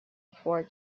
for